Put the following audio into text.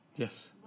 Yes